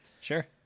Sure